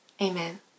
amen